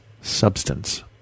substance